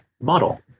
model